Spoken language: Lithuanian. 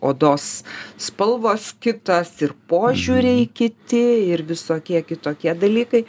odos spalvos kitos ir požiūriai kiti ir visokie kitokie dalykai